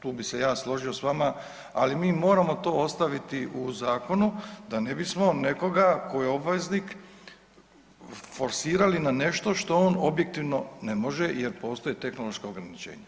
Tu bi se ja složio s vama, ali mi moramo to ostaviti u zakonu da ne bismo nekoga tko je obveznik forsirali na nešto što objektivno ne može jer postoje tehnološka ograničenja.